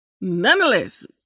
Nonetheless